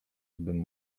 bym